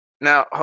now